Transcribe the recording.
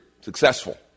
successful